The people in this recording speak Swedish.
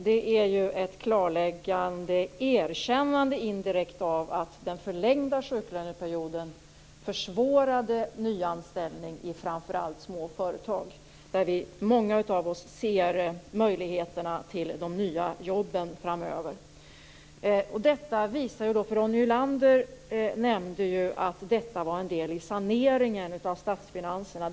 Det är ett klarläggande och ett indirekt erkännande av att den förlängda sjuklöneperioden försvårade nyanställning i framför allt små företag, där många av oss ser möjligheterna till de nya jobben framöver. Ronny Olander nämnde att detta var en del i saneringen av statsfinanserna.